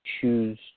Choose